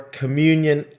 communion